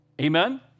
Amen